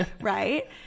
right